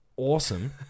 awesome